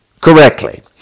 correctly